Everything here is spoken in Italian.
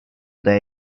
dai